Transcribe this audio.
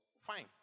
Fine